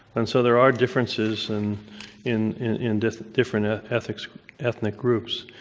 and so there are differences and in in different different ah ethnic ethnic groups.